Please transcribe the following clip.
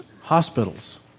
hospitals